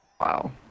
Wow